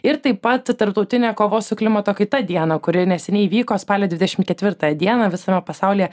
ir taip pat tarptautinę kovos su klimato kaita dieną kuri neseniai vyko spalio dvidešim ketvirtą dieną visame pasaulyje